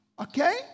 Okay